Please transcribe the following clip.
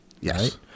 Yes